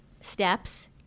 steps